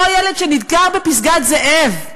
אותו ילד שנדקר בפסגת-זאב,